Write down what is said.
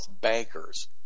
bankers